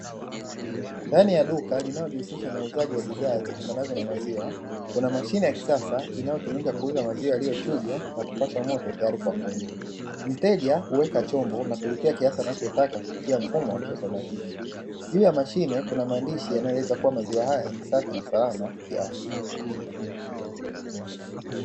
Ndani ya duka linalouza bidhaa zitokanazo na maziwa kuna mashine ya kisasa inayotumika kuweka maziwa yaliyochujwa na kupashwa moto tayari kwa kunywa, mteja huweka chupa na kulipia kiasi anachotaka kwa kupitia mfumo wa kiautomatiki. Juu ya mashine kuna maandishi yanayoeleza kwamba maziwa ni safi na salama kwa afya.